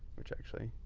which actually,